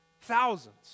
Thousands